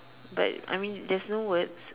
but I mean there's no words